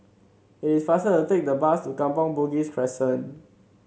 it's faster to take the bus to Kampong Bugis Crescent